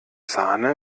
sahne